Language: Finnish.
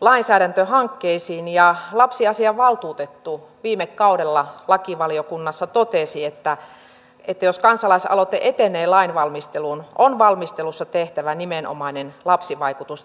lainsäädäntöhankkeisiin ja lapsiasiainvaltuutettu viime kaudella lakivaliokunnassa totesi että jos kansalaisaloite etenee lainvalmisteluun on valmistelussa tehtävä nimenomainen lapsivaikutusten arvointi